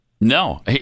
No